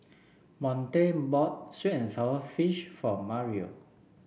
Monte bought sweet and sour fish for Mario